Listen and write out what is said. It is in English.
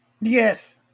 Yes